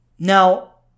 Now